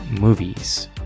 movies